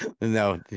No